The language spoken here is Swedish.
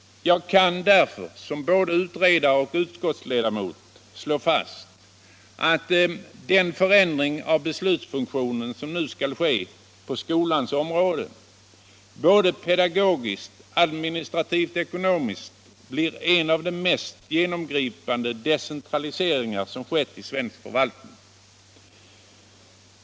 Jag kan därför som både utredare och utskottsledamot slå fast att den förändring av beslutsfunktionen som nu skall ske på skolans område, både pedagogiskt och administrativt-ekonomiskt, blir en av de mest genomgripande decentraliseringar som skett i svensk förvaltning.